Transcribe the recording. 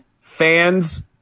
fans